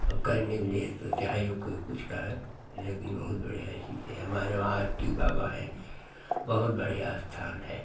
अऊ कहने के लिए तो चाहे जो कोई कुछ कहै लेकिन बहुत बढ़िया चीज़ है हमारे वहाँ अस्टी बाबा हैं बहुत बढ़िया स्थान है